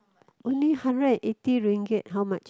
only hundred and eighty ringgit how much